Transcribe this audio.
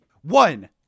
One